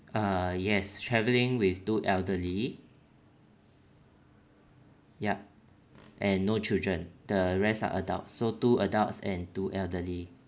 uh yes travelling with two elderly yup and no children the rest are adults so two adults and two elderly